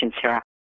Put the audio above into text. Sarah